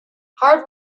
hard